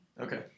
Okay